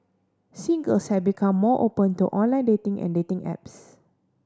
singles have become more open to online dating and dating apps